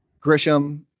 Grisham